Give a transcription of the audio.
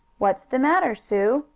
what's the matter, sue?